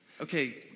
Okay